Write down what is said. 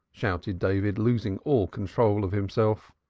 shouted david, losing all control of himself.